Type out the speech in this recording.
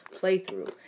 playthrough